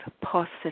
positive